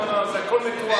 לא, לא, זה הכול מתואם.